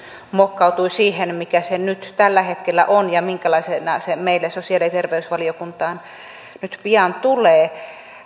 muokkautui siihen mikä se nyt tällä hetkellä on ja minkälaisena se meille sosiaali ja terveysvaliokuntaan nyt pian tulee